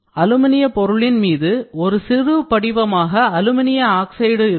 அலுமினிய பொருளின் மீது ஒரு சிறு படிவமாக அலுமினியம் ஆக்சைடு இருக்கும்